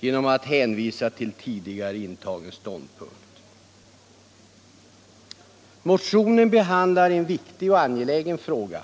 genom att hänvisa till tidigare intagen ståndpunkt. Motionen behandlar en viktig och angelägen fråga.